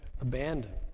abandoned